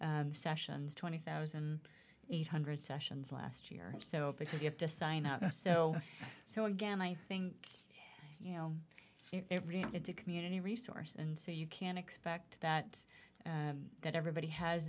sessions twenty thousand eight hundred sessions last year so if you have to sign up so so again i think you know it's a community resource and so you can expect that that everybody has